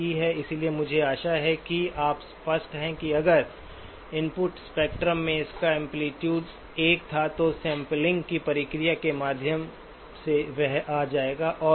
इसलिए मुझे आशा है कि आप स्पष्ट हैं कि अगर इनपुट स्पेक्ट्रम में इसका एम्पलीटूड 1 था तो सैंपलिंग की प्रक्रिया के माध्यम से वह आ जाएगा